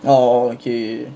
oh oh okay